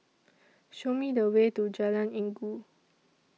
Show Me The Way to Jalan Inggu